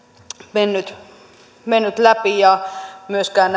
mennyt mennyt läpi eikä myöskään